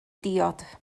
diod